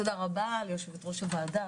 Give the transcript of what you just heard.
תודה רבה ליו"ר הוועדה,